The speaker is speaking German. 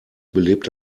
belebt